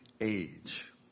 age